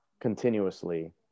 continuously